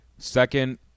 Second